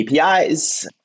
APIs